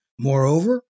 Moreover